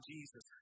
Jesus